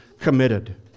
committed